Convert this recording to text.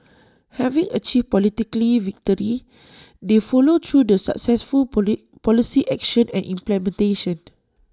having achieved politically victory they followed through the successful poly policy action and implementation